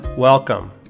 Welcome